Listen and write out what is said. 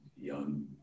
young